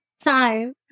time